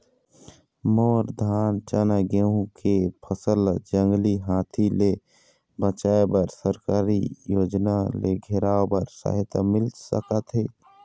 मोर धान चना गेहूं के फसल ला जंगली हाथी ले बचाए बर सरकारी योजना ले घेराओ बर सहायता मिल सका थे?